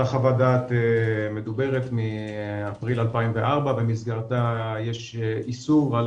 אותה חוות דעת מדוברת מאפריל 2004 - במסגרתה יש איסור על